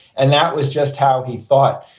and that was just how he thought.